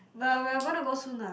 but we're gonna go soon lah